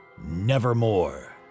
nevermore